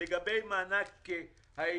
לגבי מענק העידוד,